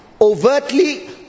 Overtly